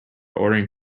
ordering